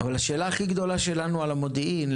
אבל השאלה הכי גדולה שלנו למשל על המודיעין,